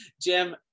Jim